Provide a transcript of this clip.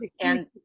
and-